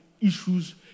issues